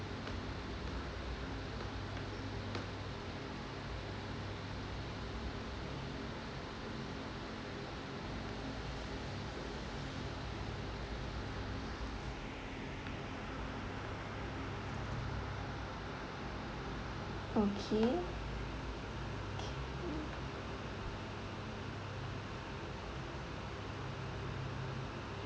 okay